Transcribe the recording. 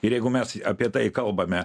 ir jeigu mes apie tai kalbame